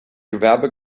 gewerbe